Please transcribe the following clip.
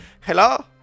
hello